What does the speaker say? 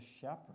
shepherd